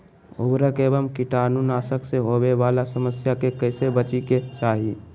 उर्वरक एवं कीटाणु नाशक से होवे वाला समस्या से कैसै बची के चाहि?